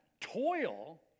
toil